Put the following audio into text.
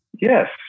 yes